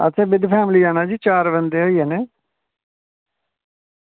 असें with family जाना जी चार बंदे होई जाने